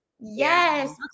Yes